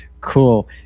Cool